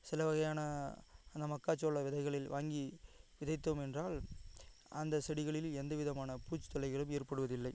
சிலவகையான அந்த மக்காச்சோள விதைகளில் வாங்கி விதைத்தோம் என்றால் அந்த செடிகளில் எந்த விதமான பூச்சி தொல்லைகளும் ஏற்படுவதில்லை